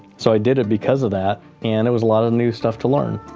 so i did it because of that and it was a lot of new stuff to learn.